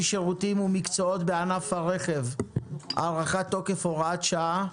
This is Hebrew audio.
שירותים ומקצועות בענף הרכב (הארכת תוקף הוראת שעה).